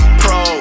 pro